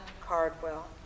Cardwell